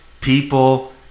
People